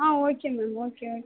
ಹಾಂ okay ma'am okay okay